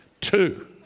two